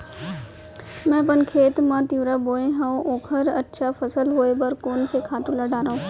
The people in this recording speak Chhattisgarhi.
मैं अपन खेत मा तिंवरा बोये हव ओखर अच्छा फसल होये बर कोन से खातू ला डारव?